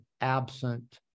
absent